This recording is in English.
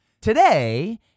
Today